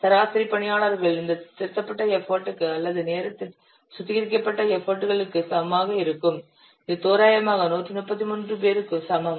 சராசரி பணியாளர்கள் இந்த திருத்தப்பட்ட எஃபர்ட் க்கு அல்லது நேரத்தின் சுத்திகரிக்கப்பட்ட எஃபர்ட் களுக்கு சமமாக இருக்கும் இது தோராயமாக 133 பேருக்கு சமம்